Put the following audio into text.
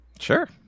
Sure